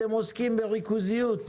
אתם עוסקים בריכוזיות,